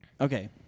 Okay